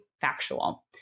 factual